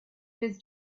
his